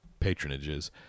patronages